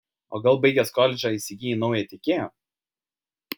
o gal baigęs koledžą įsigijai naują tiekėją